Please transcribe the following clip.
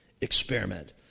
experiment